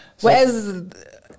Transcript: Whereas